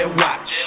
watch